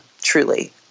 truly